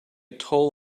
toll